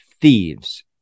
thieves